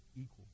equal